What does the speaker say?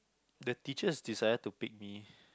the teachers decided to pick me